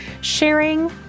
Sharing